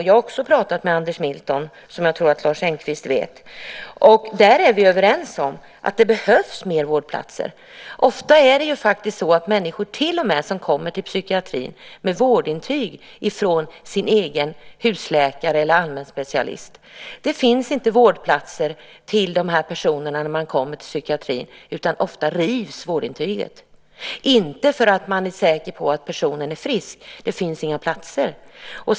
Jag har också pratat med Anders Milton, som jag tror att Lars Engqvist vet. Vi är överens om att det behövs mer vårdplatser. Ofta är det så att människor som kommer till psykiatrin med vårdintyg från sin egen husläkare eller allmänspecialist inte får någon vårdplats, utan vårdintygen till och med rivs, inte för att man är säker på att personen är frisk utan för att det inte finns några platser.